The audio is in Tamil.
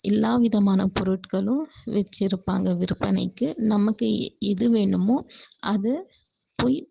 எல்லாம் விதமானப் பொருட்களும் வச்சிருப்பாங்க விற்பனைக்கு நமக்கு எது வேணுமோ அது போய்